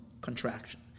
contraction